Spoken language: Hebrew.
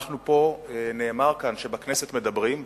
נאמר כאן שבכנסת מדברים,